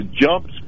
jumps